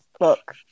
Look